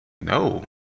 No